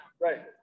right